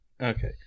Okay